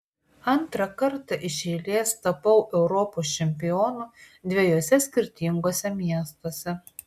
antrą kartą iš eilės tapau europos čempionu dviejuose skirtinguose miestuose